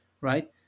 right